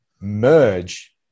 merge